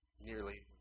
Nearly